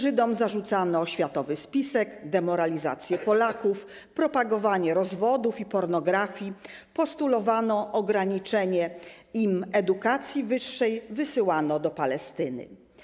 Żydom zarzucano światowy spisek, demoralizację Polaków, propagowanie rozwodów i pornografii, postulowano ograniczenie im edukacji wyższej, wysyłano do Palestyny.